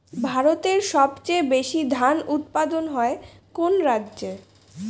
ভারতের সবচেয়ে বেশী ধান উৎপাদন হয় কোন রাজ্যে?